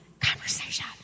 conversation